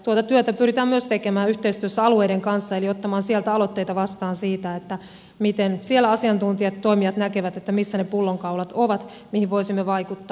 tuota työtä pyritään myös tekemään yhteistyössä alueiden kanssa eli ottamaan sieltä aloitteita vastaan siitä miten siellä asiantuntijat ja toimijat näkevät missä ovat ne pullonkaulat mihin voisimme vaikuttaa